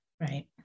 right